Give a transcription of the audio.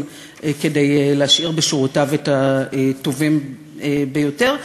כדי להשאיר בשורותיו את הטובים ביותר.